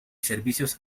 servicios